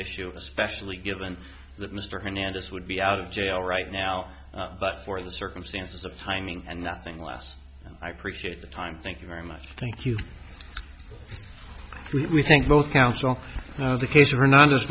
issue especially given that mr hernandez would be out of jail right now but for the circumstances of timing and nothing less i prefer at the time thank you very much thank you we think both counsel of the case or not